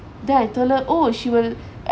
then I told her oh she will